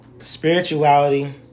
spirituality